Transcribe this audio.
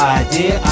idea